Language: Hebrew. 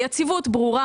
היציבות ברורה,